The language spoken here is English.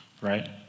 right